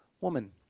Woman